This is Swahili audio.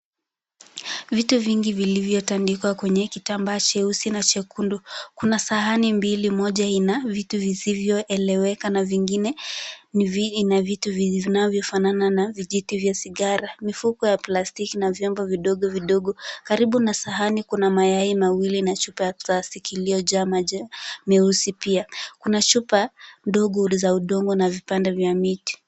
Vitu vingi vilivyotandikwa kwenye kitambaa cheusi na chekundu, kuna sahani mbili, moja ina vitu visivyoeleka na vingine ina vitu vinavyofanana na vijiti vya sigara, mifuko ya plastiki na vyombo vidogo vidogo, karibu na sahani kuna mayai mawili na chupa ya plastiki iliyojaa maji meusi pia, kuna chupa ndogo za udongo na vipande vya miti.